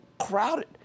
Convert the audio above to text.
crowded